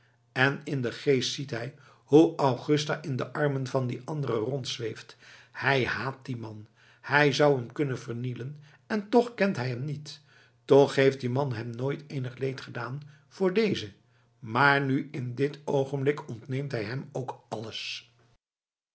en in den geest ziet hij hoe augusta in de armen van dien anderen rondzweeft hij haat dien man hij zou hem kunnen vernielen en toch kent hij hem niet toch heeft die man hem nooit eenig leed gedaan voor dezen maar nu in dit oogenblik ontneemt hij hem ook alles